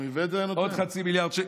עוד חצי מיליארד שקל,